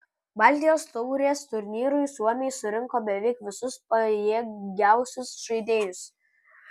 baltijos taurės turnyrui suomiai surinko beveik visus pajėgiausius žaidėjus